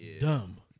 dumb